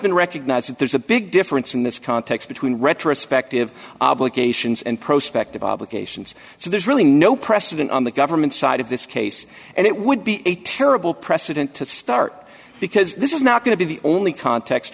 been recognized that there's a big difference in this context between retrospective obligations and prospect of obligations so there's really no precedent on the government side of this case and it would be a terrible precedent to start because this is not going to be the only context